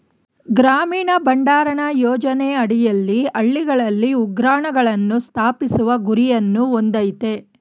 ಗ್ರಾಮೀಣ ಭಂಡಾರಣ ಯೋಜನೆ ಅಡಿಯಲ್ಲಿ ಹಳ್ಳಿಗಳಲ್ಲಿ ಉಗ್ರಾಣಗಳನ್ನು ಸ್ಥಾಪಿಸುವ ಗುರಿಯನ್ನು ಹೊಂದಯ್ತೆ